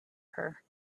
her